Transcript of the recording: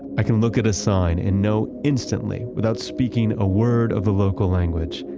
i can look at a sign and know instantly, without speaking a word of a local language,